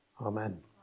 Amen